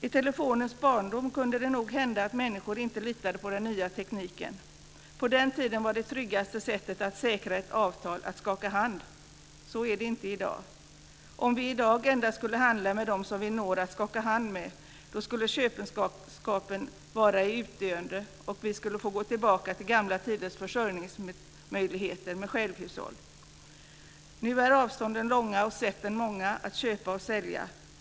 I telefonens barndom kunde det nog hända att människor inte litade på den nya tekniken. På den tiden var det tryggaste sättet att säkra ett avtal att skaka hand. Så är det inte i dag. Om vi i dag endast skulle handla med dem som vi når att skaka hand med skulle köpenskapen vara i utdöende och vi skulle få gå tillbaka till gamla tiders försörjningsmöjligheter med självhushåll. Nu är avstånden långa och sätten många att köpa och sälja.